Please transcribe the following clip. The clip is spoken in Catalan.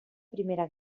primera